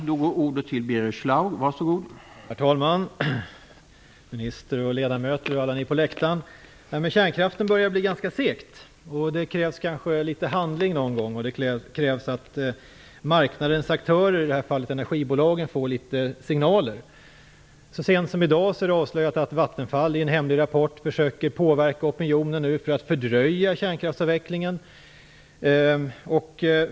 Herr talman! Minister, ledamöter och alla ni på läktaren! Detta med kärnkraften börjar bli ganska segt. Det krävs handling någon gång. Det krävs att marknadens aktörer, i detta fall energibolagen, får signaler. Så sent som i dag avslöjas i en hemlig rapport att Vattenfall nu försöker påverka opinionen för att fördröja kärnkraftsavvecklingen.